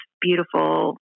beautiful